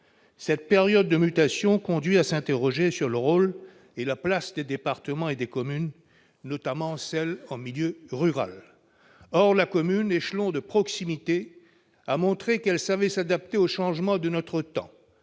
Cette période de mutation conduit à s'interroger sur le rôle et la place des départements et des communes, notamment en milieu rural. La commune, échelon de proximité, a montré qu'elle savait s'adapter aux changements de notre temps.